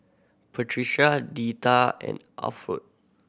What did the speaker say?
Patricia Deetta and Alford